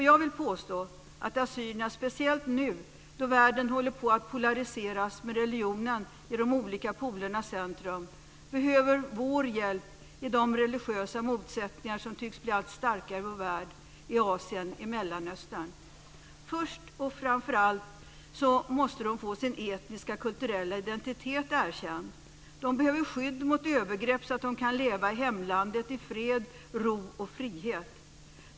Jag vill påstå att assyrierna, speciellt nu då världen håller på att polariseras med religionen i de olika polernas centrum, behöver vår hjälp i de religiösa motsättningar som tycks bli allt starkare i vår värld, i Asien, i Mellanöstern. Först och framför allt måste de få sin etniska och kulturella identitet erkänd. De behöver skydd mot övergrepp, så att de kan leva i hemlandet i fred, ro och frihet.